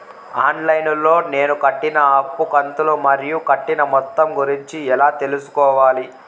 On line లో నేను కట్టిన అప్పు కంతులు మరియు కట్టిన మొత్తం గురించి ఎలా తెలుసుకోవాలి?